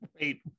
wait